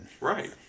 Right